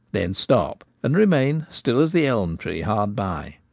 then stop, and remain still as the elm tree hard by.